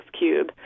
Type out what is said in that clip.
Cube